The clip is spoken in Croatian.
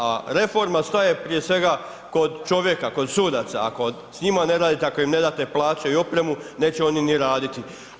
A reforma staje prije svega kod čovjeka, kod sudaca, ako s njima ne radite, ako im ne date plaće i opremu neće oni ni raditi.